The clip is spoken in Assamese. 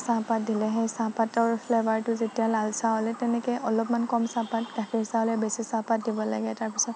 চাহপাত দিলেহে চাহপাতৰ ফ্লেবাৰটো যেতিয়া লাল চাহ হ'লে তেনেকে অলপমান কম চাহপাত গাখীৰ চাহ হ'লে বেছি চাহপাত দিব লাগে তাৰপিছত